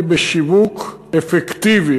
היא בשיווק אפקטיבי,